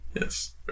Yes